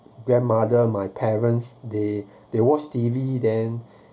grandmother my parents they they watch T_V then